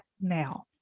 now